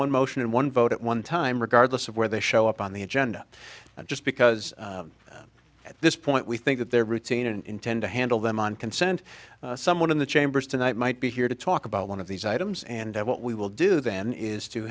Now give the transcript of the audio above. one motion and one vote at one time regardless of where they show up on the agenda just because at this point we think that they're routine and intend to handle them on consent someone in the chambers tonight might be here to talk about one of these items and what we will do then is to